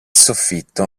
soffitto